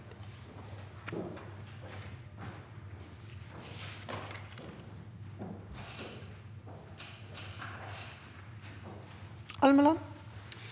Almeland